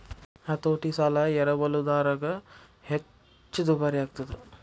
ಹತೋಟಿ ಸಾಲ ಎರವಲುದಾರಗ ಹೆಚ್ಚ ದುಬಾರಿಯಾಗ್ತದ